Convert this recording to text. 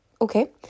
Okay